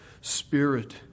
spirit